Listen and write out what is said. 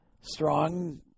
strong